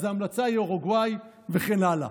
אז ההמלצה היא אורוגוואי וכן הלאה.